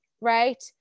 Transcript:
right